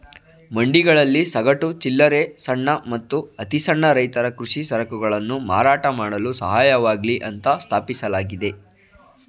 ಮಂಡಿಗಳಲ್ಲಿ ಸಗಟು, ಚಿಲ್ಲರೆ ಸಣ್ಣ ಮತ್ತು ಅತಿಸಣ್ಣ ರೈತರ ಕೃಷಿ ಸರಕುಗಳನ್ನು ಮಾರಾಟ ಮಾಡಲು ಸಹಾಯವಾಗ್ಲಿ ಅಂತ ಸ್ಥಾಪಿಸಲಾಗಿದೆ